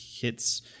hits